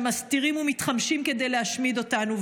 שמסיתים ומתחמשים כדי להשמיד אותנו.